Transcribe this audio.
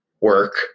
work